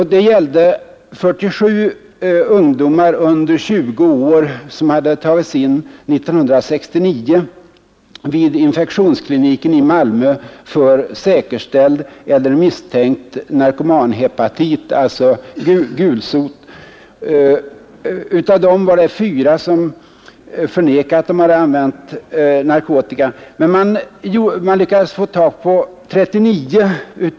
Man utgick från en grupp på 47 ungdomar under 20 år, som tagits in 1969 vid infektionskliniken i Malmö för säkerställd eller misstänkt ”narkomanhepatit”, alltså gulsot. Av dem förnekade 4 att de hade använt narkotika.